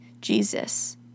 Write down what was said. Jesus